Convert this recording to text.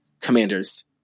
Commanders